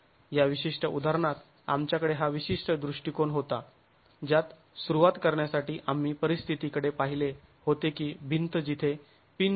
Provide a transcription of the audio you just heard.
या विशिष्ट उदाहरणात आमच्याकडे हा विशिष्ट दृष्टिकोन होता ज्यात सुरुवात करण्यासाठी आम्ही परिस्थितीकडे पाहिले होते की भिंत जिथे पिन पिन केली आहे